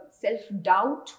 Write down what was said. self-doubt